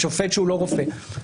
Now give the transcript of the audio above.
השופט שהוא לא רופא?